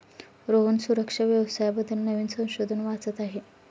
रोहन सुरक्षा व्यवसाया बद्दल नवीन संशोधन वाचत आहे